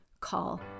Call